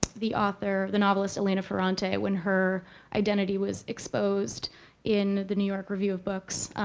the author the novelist elena ferrante when her identity was exposed in the new york review of books.